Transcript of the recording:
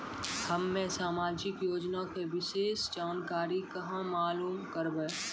हम्मे समाजिक योजना के विशेष जानकारी कहाँ मालूम करबै?